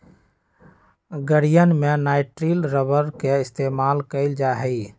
गड़ीयन में nitrile rubber के इस्तेमाल कइल जा हई